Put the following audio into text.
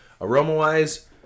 Aroma-wise